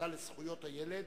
הוועדה לזכויות הילד.